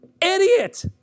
Idiot